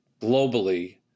globally